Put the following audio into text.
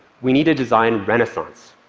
we need a design renaissance,